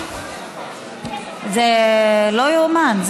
זה לא יאומן,